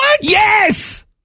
Yes